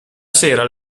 sera